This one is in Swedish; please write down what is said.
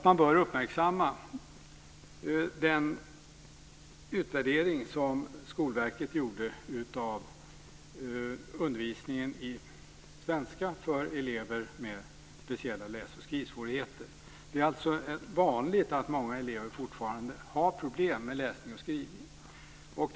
Man bör uppmärksamma den utvärdering som Skolverket gjorde av undervisningen i svenska för elever med speciella läs och skrivsvårigheter. Det är alltså vanligt att många elever fortfarande har problem med läsning och skrivning.